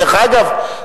דרך אגב,